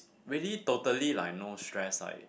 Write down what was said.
really totally like no stress like